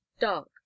dark